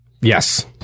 yes